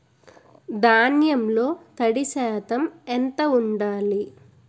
ధాన్యంలో తడి శాతం ఎంత ఉండాలి?